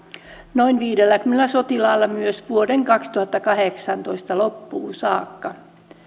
noin viidelläkymmenellä sotilaalla myös vuoden kaksituhattakahdeksantoista loppuun saakka